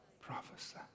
prophesy